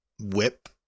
whip